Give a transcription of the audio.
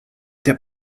der